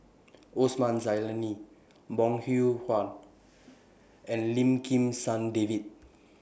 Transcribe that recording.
Osman Zailani Bong Hiong Hwa and Lim Kim San David